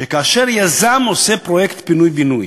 שכאשר יזם עושה פרויקט פינוי-בינוי,